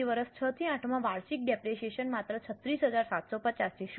તેથી વર્ષ 6 થી 8 માં વાર્ષિક ડેપરેશીયેશન માત્ર 36750 છે